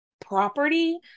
property